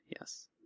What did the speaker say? Yes